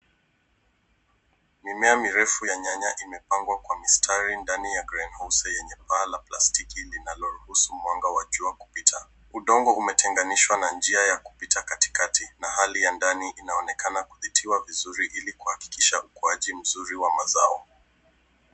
Mimea mirefu ya nyanya imepangwa kwa mistari ndani ya greenhouse yenye paa la plastiki linaloruhusu mwanga wa jua kupita. Udongo umetenganishwa na njia ya kupita katikati na hali ya ndani inaonekana kupitiwa vizuri ili kuhakikisha ukuaji mzuri wa mazao.